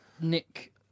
Nick